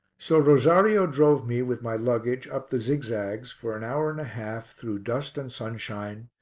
so rosario drove me with my luggage up the zigzags for an hour and a half through dust and sunshine,